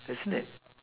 isn't it